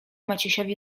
maciusiowi